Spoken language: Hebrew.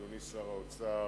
אדוני שר האוצר,